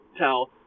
tell